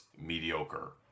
mediocre